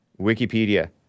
Wikipedia